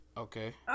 Okay